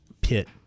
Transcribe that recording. pit